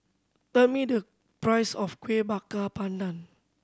tell me the price of Kueh Bakar Pandan